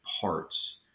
parts